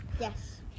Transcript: Yes